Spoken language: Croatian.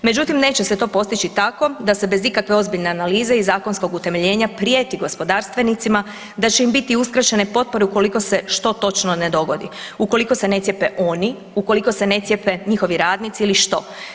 Međutim neće se to postići tako da se bez ikakve ozbiljne analize i zakonskog utemeljenja prijeti gospodarstvenicima da će im biti uskraćene potpore ukoliko se što točno ne dogodi, ukoliko se ne cijepe oni, ukoliko se ne cijepe njihovi radnici ili što?